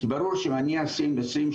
כי ברור שאם אני אשים 20,